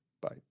Bye